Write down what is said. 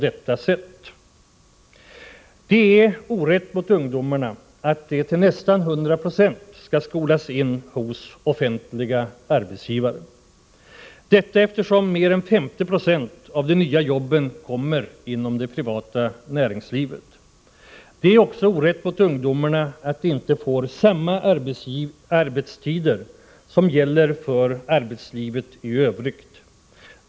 Det är orätt mot ungdomarna att de till nästan hundra procent skall skolas in hos offentliga arbetsgivare, detta eftersom mer än 50 96 av de nya jobben skapas inom det privata näringslivet. Det är också orätt mot ungdomarna att de inte får samma arbetstider som gäller för arbetslivet i övrigt.